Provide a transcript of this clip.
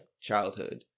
childhood